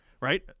right